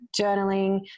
journaling